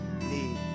need